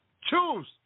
Choose